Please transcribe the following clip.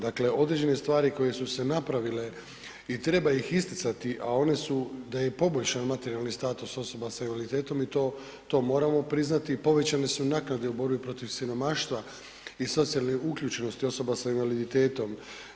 Dakle, određene stvari koje su se napravile i treba ih isticati, a one su da je poboljšan materijalni status osoba sa invaliditetom i to moramo priznati i povećane su naknade u borbi protiv siromaštva i socijalne uključenosti osoba sa invaliditetom.